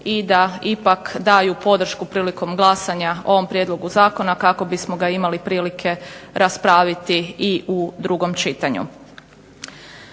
i da ipak daju podršku prilikom glasanja ovom prijedlogu zakona kako bismo ga imali prilike raspraviti i u drugom čitanju.